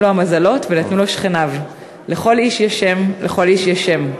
לו המזלות/ ונתנו לו שכניו.// לכל איש יש שם/ לכל איש יש שם.//